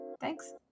Thanks